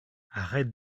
arrête